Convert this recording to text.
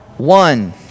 One